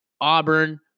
Auburn